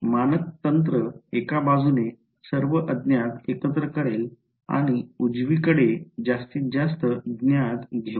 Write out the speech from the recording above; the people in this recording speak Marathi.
मानक तंत्र एका बाजूने सर्व अज्ञात एकत्र करेल आणि उजवीकडे जास्तीत जास्त ज्ञात घेऊ